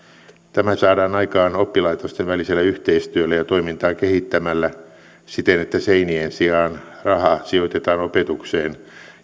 tämä saadaan aikaan oppilaitosten välisellä yhteistyöllä ja toimintaa kehittämällä siten että seinien sijaan rahaa sijoitetaan opetukseen